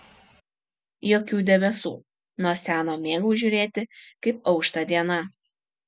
jokių debesų nuo seno mėgau žiūrėti kaip aušta diena